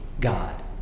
God